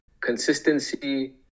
Consistency